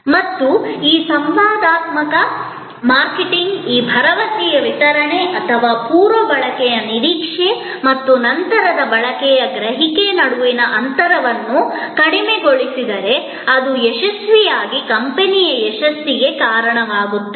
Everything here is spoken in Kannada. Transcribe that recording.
ಮತ್ತು ಈ ಸಂವಾದಾತ್ಮಕ ಮಾರ್ಕೆಟಿಂಗ್ ಈ ಭರವಸೆಯ ವಿತರಣೆ ಅಥವಾ ಪೂರ್ವ ಬಳಕೆಯ ನಿರೀಕ್ಷೆ ಮತ್ತು ನಂತರದ ಬಳಕೆಯ ಗ್ರಹಿಕೆ ನಡುವಿನ ಅಂತರವನ್ನು ಕಡಿಮೆಗೊಳಿಸಿದರೆ ಅದು ಯಶಸ್ವಿಯಾಗಿ ಕಂಪನಿಯ ಯಶಸ್ಸಿಗೆ ಕಾರಣವಾಗುತ್ತದೆ